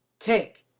take,